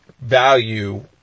value